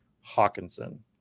hawkinson